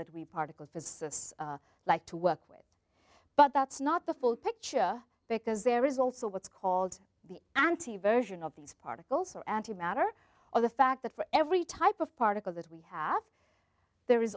that we particle physicists like to work with but that's not the full picture because there is also what's called the anti version of these particles or anti matter or the fact that for every type of particle that we have there is